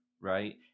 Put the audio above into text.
right